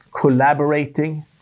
collaborating